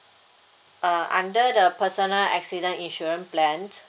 uh under the personal accident insurance plans